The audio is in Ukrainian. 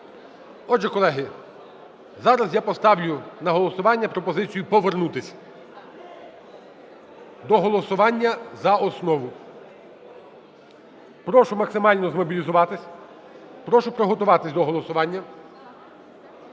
Отже, колеги, зараз я поставлю на голосування пропозицію повернутись до голосування за основу. Прошу максимально змобілізуватись. Прошу приготуватись до голосування.